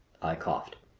i coughed.